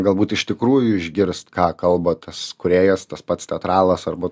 galbūt iš tikrųjų išgirst ką kalba tas kūrėjas tas pats teatralas arba